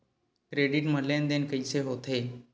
Credit मा लेन देन कइसे होथे?